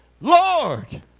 Lord